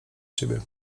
ciebie